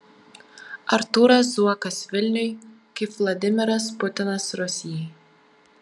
artūras zuokas vilniui kaip vladimiras putinas rusijai